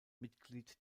mitglied